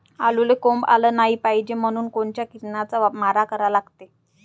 आलूले कोंब आलं नाई पायजे म्हनून कोनच्या किरनाचा मारा करा लागते?